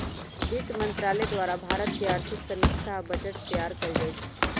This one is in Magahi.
वित्त मंत्रालय द्वारे भारत के आर्थिक समीक्षा आ बजट तइयार कएल जाइ छइ